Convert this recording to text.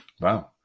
Wow